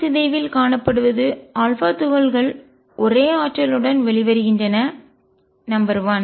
சிதைவில் காணப்படுவது துகள்கள் ஒரே ஆற்றலுடன் வெளிவருகின்றன நம்பர் 1